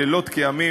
לילות כימים,